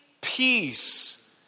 peace